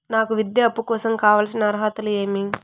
నాకు విద్యా అప్పు కోసం కావాల్సిన అర్హతలు ఏమి?